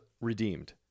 redeemed